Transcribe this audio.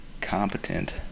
competent